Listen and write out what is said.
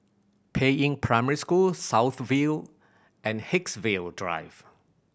Peiying Primary School South View and Haigsville Drive